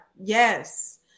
yes